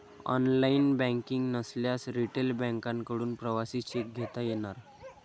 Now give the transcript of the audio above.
online banking नसल्यास retail बँकांकडून प्रवासी चेक घेता येणार